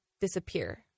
disappear